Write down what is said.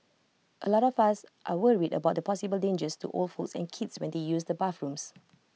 A lot of us are worried about the possible dangers to old folks and kids when they use the bathrooms